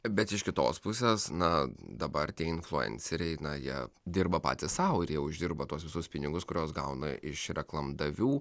bet iš kitos pusės na dabar tie influenceriai na jie dirba patys sau ir jie uždirba tuos visus pinigus kuriuos gauna iš reklamdavių